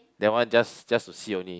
that one just just to see only